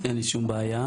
אין לי שום בעיה.